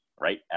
right